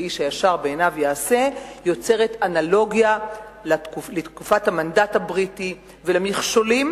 איש הישר בעיניו יעשה" יוצרת אנלוגיה לתקופת המנדט הבריטי ולמכשולים